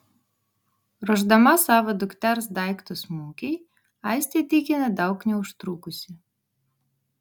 ruošdama savo dukters daiktus mugei aistė tikina daug neužtrukusi